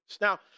Now